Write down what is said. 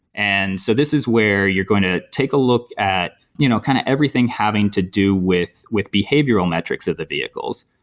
and so this is where you're going to take a look at you know kind of everything having to do with with behavioral metrics of the vehicles.